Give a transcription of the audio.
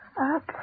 up